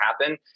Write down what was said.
happen